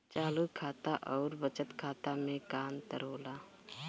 चालू खाता अउर बचत खाता मे का अंतर होला?